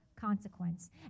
consequence